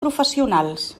professionals